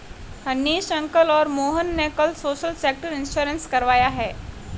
Hanish uncle और मोहन ने कल सोशल सेक्टर इंश्योरेंस करवाया है